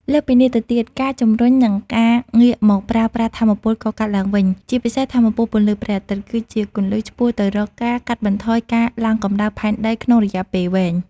លើសពីនេះទៅទៀត ការជំរុញ និងការងាកមកប្រើប្រាស់ថាមពលកកើតឡើងវិញ ជាពិសេសថាមពលពន្លឺព្រះអាទិត្យ គឺជាគន្លឹះឆ្ពោះទៅរកការកាត់បន្ថយការឡើងកម្ដៅផែនដីក្នុងរយៈពេលវែង។